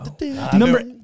Number